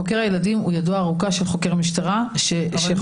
חוקר הילדים הוא ידו הארוכה של חוקר המשטרה שחוקר את הילד.